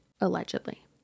allegedly